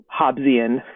Hobbesian